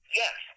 yes